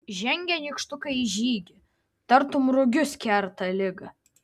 žengia nykštukai į žygį tartum rugius kerta ligą